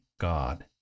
God